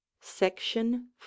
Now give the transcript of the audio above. Section